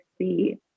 see